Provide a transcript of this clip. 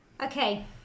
okay